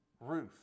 Ruth